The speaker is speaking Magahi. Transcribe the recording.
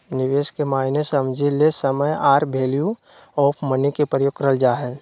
निवेश के मायने समझे ले समय आर वैल्यू ऑफ़ मनी के प्रयोग करल जा हय